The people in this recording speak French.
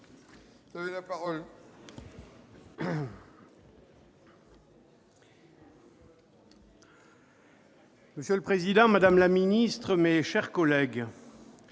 Monsieur le président, madame la ministre, mes chers collègues,